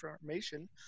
information